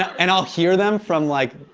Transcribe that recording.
and i'll hear them from like,